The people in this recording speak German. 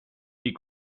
die